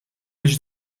biex